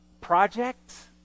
projects